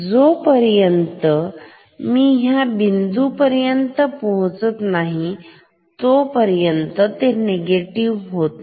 जो पर्यंत मी ह्या हिंदू पर्यंत पोहोचत नाही जोपर्यंत ते परत निगेटिव होत नाही